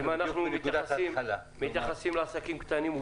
אנחנו מתייחסים לעסקים קטנים,